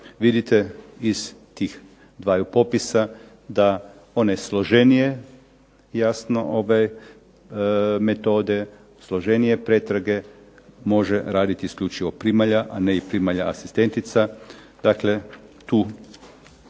Vidite iz tih dvaju popisa da one složenije, jasno, metode, složenije pretrage može raditi isključivo primalja, a ne i primalja asistentica.